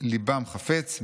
ליבם חפץ,